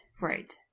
right